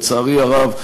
לצערי הרב,